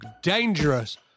Dangerous